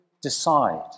decide